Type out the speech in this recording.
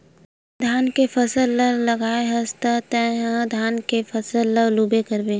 धान के फसल लगाए हस त तय ह धान के फसल ल लूबे करबे